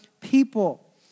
people